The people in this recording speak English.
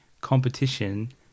competition